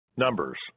Numbers